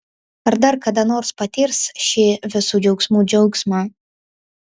ar dar kada nors patirs šį visų džiaugsmų džiaugsmą